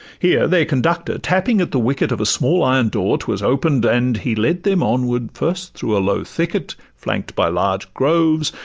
here their conductor tapping at the wicket of a small iron door, t was open'd, and he led them onward, first through a low thicket flank'd by large groves,